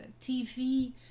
TV